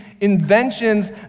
inventions